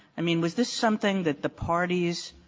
i mean, was this something that the parties,